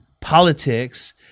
politics